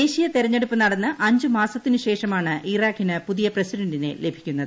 ദേശീയ തെരഞ്ഞെടുപ്പ് നടന്ന് അഞ്ചുമാസത്തിനു ശേഷമാണ് ഇറാഖിന് പുതിയ പ്രസിഡന്റിനെ ലഭിക്കുന്നത്